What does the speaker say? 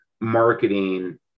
marketing